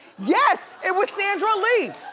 yes, it was sandra lee!